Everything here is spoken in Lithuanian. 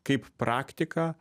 kaip praktika